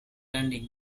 landing